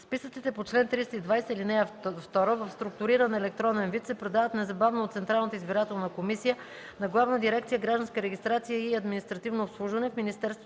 Списъците по чл. 367, ал. 2 в структуриран електронен вид се предават незабавно от Централната избирателна комисия на Главна дирекция „Гражданска регистрация и административно обслужване” в Министерството